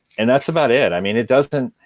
and that's about it. i mean it doesn't and